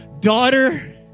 daughter